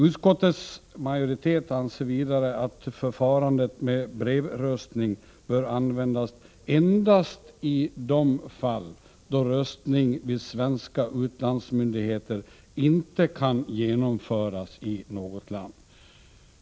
Utskottets majorietet anser vidare att förfarandet med brevröstning bör användas endast i de fall då röstning vid svenska utlandsmyndigheter inte kan genomföras i något land.